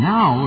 Now